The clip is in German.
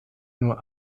nur